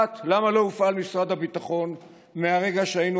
1. למה לא הופעל משרד הביטחון מהרגע שהיינו